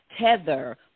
tether